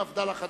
מפד"ל החדשה,